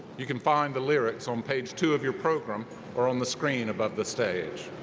you can find the lyrics on page two of your program or on the screen above the stage.